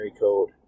code